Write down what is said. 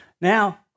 Now